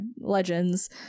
Legends